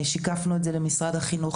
שיקפנו את זה למשרד החינוך.